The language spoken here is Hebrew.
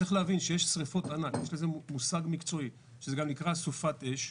לשריפות ענק יש מושג מקצועי שנקרא סופת אש.